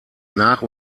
nach